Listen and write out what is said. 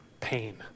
pain